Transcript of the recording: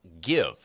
give